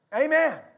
Amen